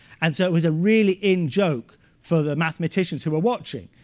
and so it was a really in-joke for the mathematicians who were watching.